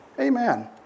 Amen